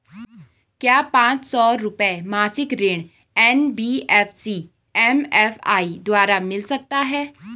क्या पांच सौ रुपए मासिक ऋण एन.बी.एफ.सी एम.एफ.आई द्वारा मिल सकता है?